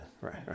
Right